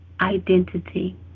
identity